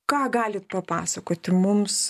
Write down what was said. ką galit papasakoti mums